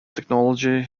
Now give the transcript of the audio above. technology